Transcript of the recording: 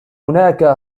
هناك